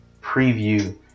preview